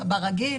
ברגיל,